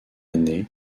année